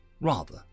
rather